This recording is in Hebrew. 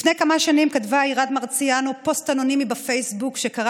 לפני כמה שנים כתבה עירד מרציאנו פוסט אנונימי בפייסבוק שקרא